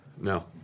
No